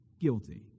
guilty